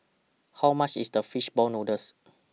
How much IS The Fish Ball Noodles